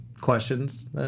questions